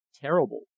Terrible